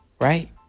Right